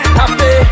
happy